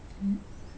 mm